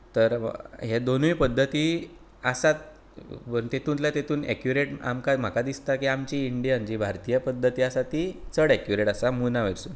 तर हे दोनूय पद्दती आसात पूण तितूंतल्यान तितूंन एक्युरेट आमकां म्हाका दिसता ती आमची जी भारतीय पद्दत आसा ती चड एक्युरेट आसा मुना वयर सावन